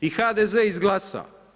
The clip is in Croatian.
I HDZ izglasa.